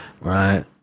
right